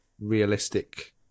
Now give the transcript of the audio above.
realistic